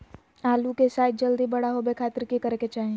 आलू के साइज जल्दी बड़ा होबे खातिर की करे के चाही?